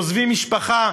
עוזבים משפחה,